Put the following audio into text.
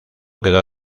quedó